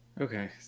Okay